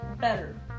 better